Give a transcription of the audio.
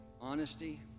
honesty